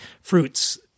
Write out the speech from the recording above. fruits